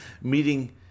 meeting